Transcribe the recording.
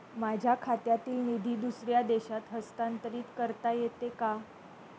माझ्या खात्यातील निधी दुसऱ्या देशात हस्तांतर करता येते का?